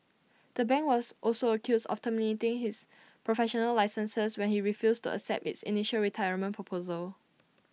the bank was also accused of terminating his professional licenses when he refused to accept its initial retirement proposal